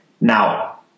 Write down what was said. Now